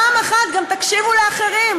פעם אחת גם תקשיבו לאחרים,